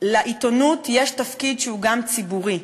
לעיתונות יש תפקיד שהוא גם ציבורי.